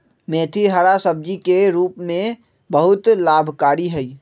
मेथी हरा सब्जी के रूप में बहुत लाभकारी हई